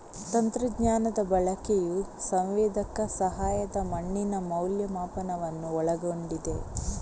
ತಂತ್ರಜ್ಞಾನದ ಬಳಕೆಯು ಸಂವೇದಕ ಸಹಾಯದ ಮಣ್ಣಿನ ಮೌಲ್ಯಮಾಪನವನ್ನು ಒಳಗೊಂಡಿದೆ